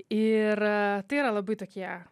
ir tai yra labai tokie